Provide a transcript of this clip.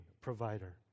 provider